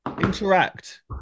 Interact